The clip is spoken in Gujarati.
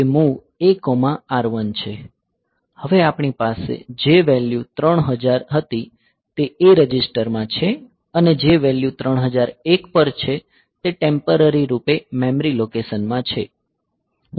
તે MOV AR1 છે હવે આપણી પાસે જે વેલ્યુ 3000 હતી તે A રજિસ્ટરમાં છે અને જે વેલ્યુ 3001 પર છે તે ટેમ્પરરી રૂપે મેમરી લોકેશનમાં છે